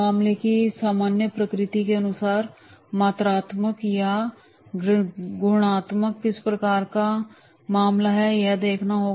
मामले की सामान्य प्रकृति के अनुसार मात्रात्मक या गुणात्मक किस प्रकार का मामला है यह देखना होगा